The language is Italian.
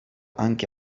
anche